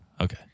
Okay